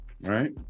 right